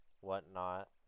whatnot